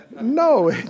No